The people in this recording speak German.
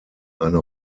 eine